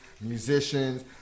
musicians